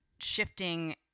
shifting